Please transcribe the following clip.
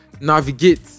navigate